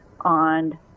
on